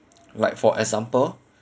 like for example